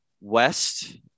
West